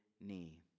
knee